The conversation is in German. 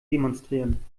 demonstrieren